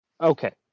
Okay